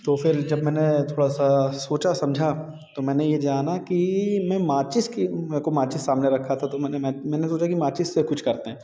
तो फिर जब मैंने थोड़ा सा सोचा समझा तो मैंने ये जाना कि मैं माचिस की मेरे को माचिस सामने रखा था तो मैंने मैं मैंने सोचा कि माचिस से कुछ करते हैं